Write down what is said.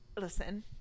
Listen